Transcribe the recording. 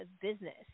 business